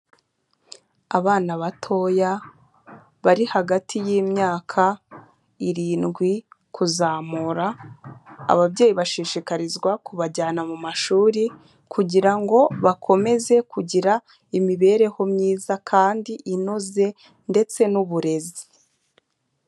Abana batoya, bari hagati y'imyaka irindwi kuzamura, ababyeyi bashishikarizwa kubajyana mu mashuri kugira ngo bakomeze kugira imibereho myiza kandi inoze ndetse n'uburezi.